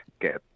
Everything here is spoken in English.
get